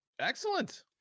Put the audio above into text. Excellent